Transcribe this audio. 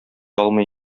алмый